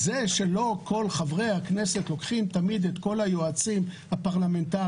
זה שלא כל חברי הכנסת לוקחים תמיד את כל היועצים הפרלמנטריים,